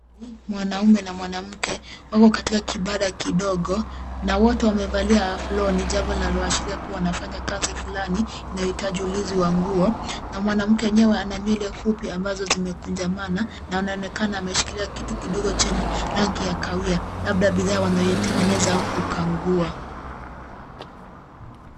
Mwanamume na mwanamke wako katika kibanda kidogo na wote wamevalia aproni jambo linaloashiria kuwa wanafanya kazi fulani inayohitaji ulinzi wa nguo. Na mwanamke mwenyewe ana nywele fupi ambazo zimekunjamana na anaonekana ameshikilia kitu kidogo chenye rangi ya kahawia, labda bidhaa wanayotengeneza au kukagua.